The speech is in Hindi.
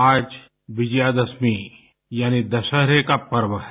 आज विजयादशमी यानि दशहरे का पर्व है